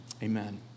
Amen